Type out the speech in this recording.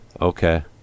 Okay